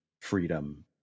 freedom